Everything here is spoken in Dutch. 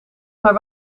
maar